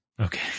Okay